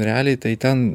realiai tai ten